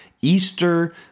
Easter